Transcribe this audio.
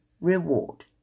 reward